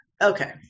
Okay